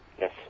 Yes